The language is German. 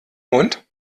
mund